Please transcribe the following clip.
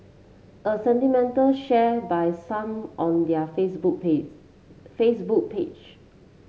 a sentiment share by some on their Facebook page Facebook page